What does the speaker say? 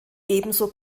ebenso